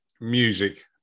music